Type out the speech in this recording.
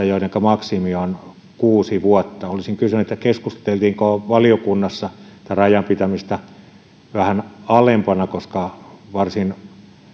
joidenka maksimi on kuusi vuotta olisin kysynyt keskusteltiinko valiokunnassa tämän rajan pitämisestä vähän alempana koska varsin